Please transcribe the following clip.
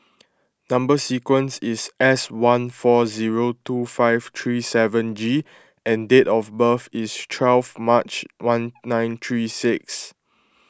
Number Sequence is S one four zero two five three seven G and date of birth is twelve March one nine three six